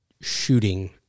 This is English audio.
shooting